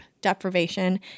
deprivation